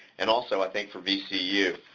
and also i think for vcu.